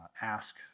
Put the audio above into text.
ask